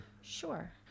Sure